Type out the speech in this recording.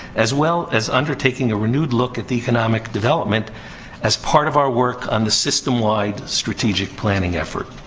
as well as undertaking a renewed look at economic development as part of our work on the system-wide strategic planning effort.